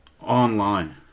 online